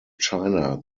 china